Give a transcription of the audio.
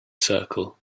circle